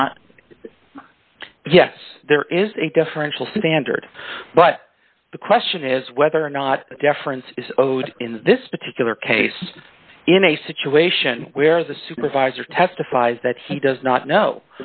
not yes there is a differential standard but the question is whether or not deference is owed in this particular case in a situation where the supervisor testifies that he does not know